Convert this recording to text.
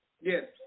Yes